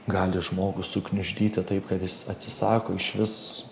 gali žmogų sugniuždyti taip kad jis atsisako išvis